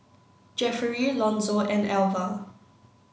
Jeffery Lonzo and Alva